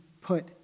put